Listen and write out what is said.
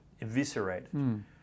eviscerated